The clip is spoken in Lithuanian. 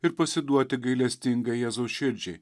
ir pasiduoti gailestingai jėzaus širdžiai